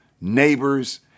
neighbors